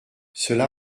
cela